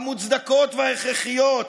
המוצדקות וההכרחיות,